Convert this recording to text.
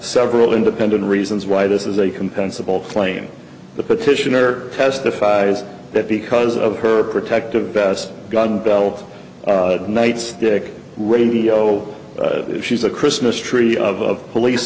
several independent reasons why this is a compensable claim the petitioner testifies that because of her protective vest gun belt nightstick radio she's a christmas tree of police